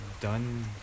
done